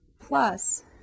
plus